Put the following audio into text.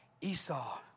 Esau